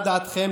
מה דעתכם?